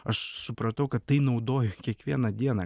aš supratau kad tai naudoju kiekvieną dieną